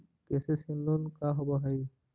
KCC loan का होब हइ?